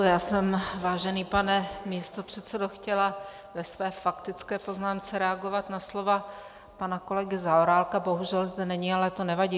Já jsem, vážený pane místopředsedo, chtěla ve své faktické poznámce reagovat na slova pana kolegy Zaorálka, bohužel zde není, ale to nevadí.